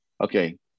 okay